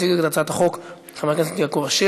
מציג את הצעת החוק חבר הכנסת יעקב אשר.